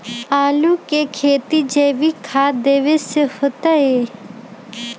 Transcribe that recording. आलु के खेती जैविक खाध देवे से होतई?